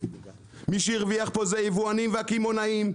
מי שהרוויח פה זה יבואנים והקמעונאים,